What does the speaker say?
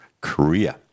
korea